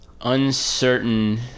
uncertain